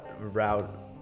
route